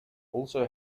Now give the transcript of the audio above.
also